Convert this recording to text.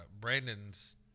Brandon's